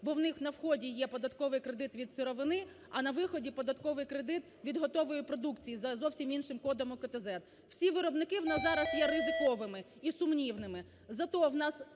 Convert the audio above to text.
бо в них на вході є податковий кредит від сировини, а на виході – податковий кредит від готової продукції за зовсім іншим кодом УКТЗЕД. Всі виробники в нас зараз є ризиковими і сумнівними.